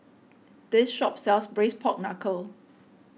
this shop sells Braised Pork Knuckle